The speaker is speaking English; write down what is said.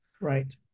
right